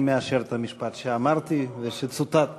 אני מאשר את המשפט שאמרתי ושצוטט כאן.